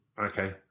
Okay